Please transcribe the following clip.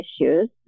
issues